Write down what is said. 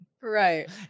Right